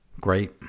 Great